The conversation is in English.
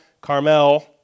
Carmel